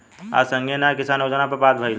आज संघीय न्याय किसान योजना पर बात भईल ह